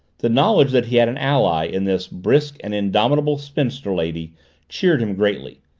the knowledge that he had an ally in this brisk and indomitable spinster lady cheered him greatly.